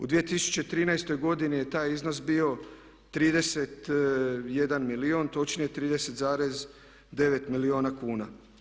U 2013. godini je taj iznos bio 31 milijun, točnije 30,9 milijuna kuna.